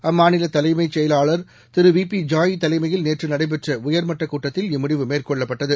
அம்மாநில தலைமை செயலாளா் திரு வி பி ஜாய் தலைமையில் நேற்று நடைபெற்ற உயாமட்ட கூட்டத்தில் இம்முடிவு மேற்கொள்ளப்பட்டது